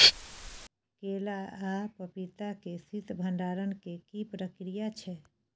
केला आ पपीता के शीत भंडारण के की प्रक्रिया छै?